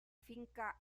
finca